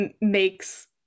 makes